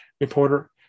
reporter